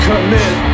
commit